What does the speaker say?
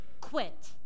quit